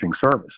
service